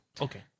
Okay